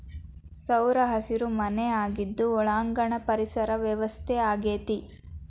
ಸೌರಹಸಿರು ಮನೆ ಆಗಿದ್ದು ಒಳಾಂಗಣ ಪರಿಸರ ವ್ಯವಸ್ಥೆ ಆಗೆತಿ